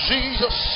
Jesus